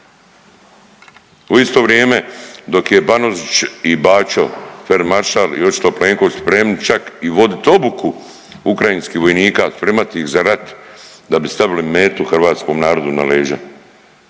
U isto vrijeme dok je Banožić i Baćo fer maršal i očito Plenković spremni čak i vodit obuku ukrajinskih vojnika i spremat ih za rat da bi stavili metu hrvatskom narodu na leđa.